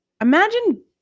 Imagine